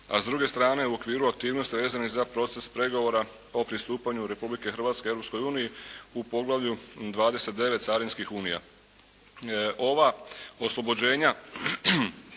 a s druge strane u okviru aktivnosti vezanih za proces pregovora o pristupanju Republike Hrvatske Europskoj uniji u Poglavlju 29. carinskih unija. Ova oslobođenja